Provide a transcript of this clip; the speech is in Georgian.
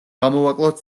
გამოვაკლოთ